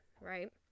right